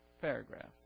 paragraph